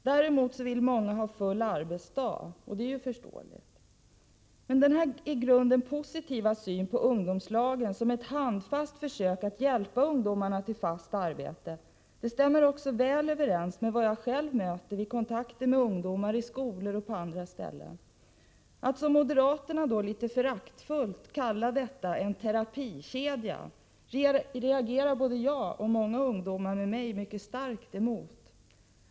Däremot vill många ha full arbetsdag, och det är ju förståeligt. Denna i grunden positiva syn på ungdomslagen som ett handfast försök att hjälpa ungdom till fast arbete stämmer också väl med vad jag själv möter vid kontakter med ungdomar i skolor och på andra ställen. Att moderaterna litet föraktfullt kallar detta en ”terapikedja” reagerar jag och många ungdomar med mig mycket kraftigt emot.